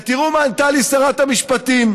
ותראו מה ענתה לי שרת המשפטים.